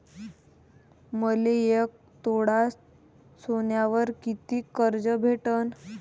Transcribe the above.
मले एक तोळा सोन्यावर कितीक कर्ज भेटन?